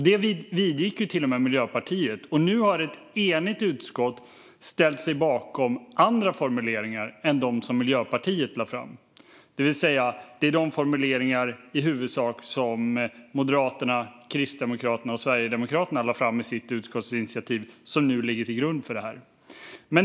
Detta vidgick ju till och med Miljöpartiet. Nu har ett enigt utskott ställt sig bakom andra formuleringar än dem som Miljöpartiet lade fram. Det är alltså i huvudsak de formuleringar som Moderaterna, Kristdemokraterna och Sverigedemokraterna lade fram i sitt utskottsinitiativ som nu ligger till grund för det här.